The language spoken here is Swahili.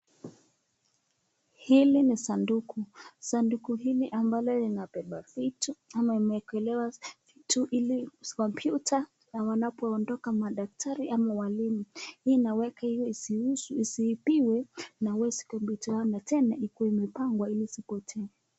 Hili ni sanduku, sanduku hili ambalo linabeba vitu ama imewekelewa vitu ili kompyuta na wanapoondoka madaktari ama walimu hii inaweka ili isiibiwe na wezi kopyuta[cs yao na tena ikuwe imepangwa ili isipotee.